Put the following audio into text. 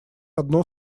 одно